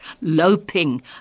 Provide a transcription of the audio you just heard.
loping